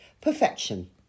Perfection